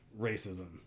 racism